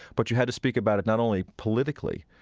but you had to speak about it not only politically,